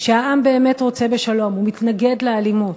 שהעם באמת רוצה בשלום ומתנגד לאלימות.